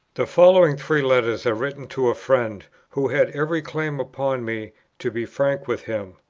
the following three letters are written to a friend, who had every claim upon me to be frank with him,